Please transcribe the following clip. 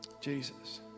Jesus